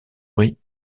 brie